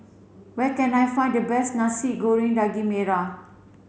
where can I find the best Nasi Goreng Daging Merah